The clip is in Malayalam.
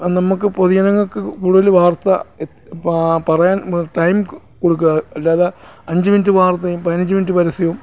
അത് നമ്മൾക്ക് പൊതുജനങ്ങൾക്ക് കൂടുതൽ വാർത്ത പറയാൻ ടൈം കൊടുക്കുക അല്ലാതെ അഞ്ച് മിനിറ്റ് വാർത്തയും പതിനഞ്ച് മിനിറ്റ് പരസ്യവും